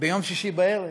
ביום שישי בערב,